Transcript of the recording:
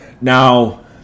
Now